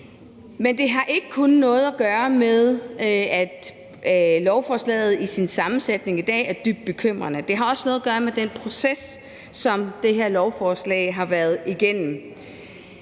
Men det har ikke kun noget at gøre med, at lovforslaget i sin sammensætning i dag er dybt bekymrende. Det har også noget at gøre med den proces, som det her lovforslag har været igennem.